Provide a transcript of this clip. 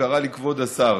קרא לי "כבוד השר".